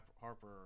Harper